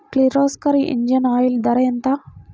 Kirloskar engine oil ధర ఎంత?